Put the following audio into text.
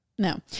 No